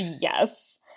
Yes